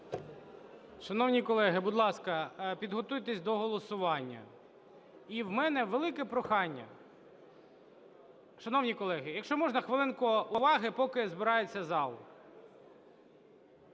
Шановні колеги, будь ласка, підготуйтесь до голосування. І в мене велике прохання. Шановні колеги, якщо можна, хвилинку уваги, поки збирається зал.